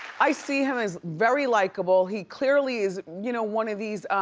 i see him as very likable. he clearly is you know one of these,